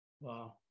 Wow